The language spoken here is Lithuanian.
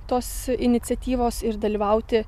tos iniciatyvos ir dalyvauti